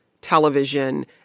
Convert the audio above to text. television